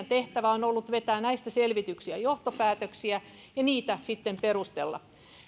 tehtävämme on ollut vetää näistä selvityksistä johtopäätöksiä ja niitä sitten perustella me